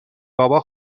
بابا